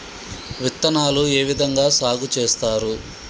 విత్తనాలు ఏ విధంగా సాగు చేస్తారు?